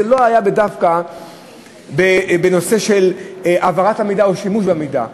זה לא היה דווקא בנושא של העברת המידע או שימוש במידע,